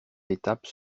étapes